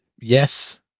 yes